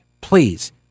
please